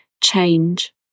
change